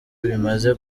bimaze